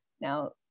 Now